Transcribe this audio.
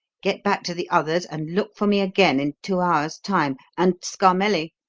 get back to the others, and look for me again in two hours' time and scarmelli!